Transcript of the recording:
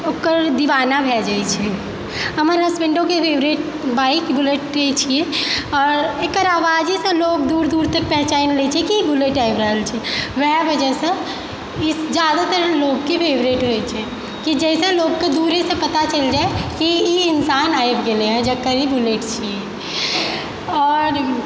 ओकर दीवाना भै जाइत छै हमर हसबैण्डोके फेवरेट बाइक बुल्लेटे छियै आओर एकर आवाजेसे लोग दूर दूर तक पहिचान लय छै कि ई बुल्लेट आबि रहल छै वएह वजहसँ ई जादातर लोगके फेवरेट होइ छै कि जैसँ लोगकेँ दूरेसँ पता चलि जाय कि ई इन्सान आबि गेलैए जेकर ई बुल्लेट छियै आओर